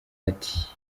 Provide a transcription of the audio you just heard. ati